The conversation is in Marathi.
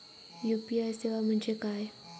यू.पी.आय सेवा म्हणजे काय?